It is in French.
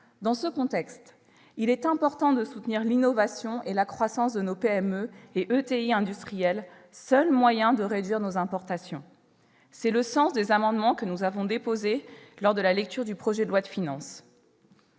Dans ce contexte, il est important de soutenir l'innovation et la croissance de nos PME et ETI industrielles. C'est le seul moyen de réduire nos importations. Tel est le sens des amendements que nous avons déposés dans le cadre de l'examen du projet de loi de finances.